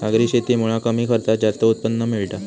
सागरी शेतीमुळा कमी खर्चात जास्त उत्पन्न मिळता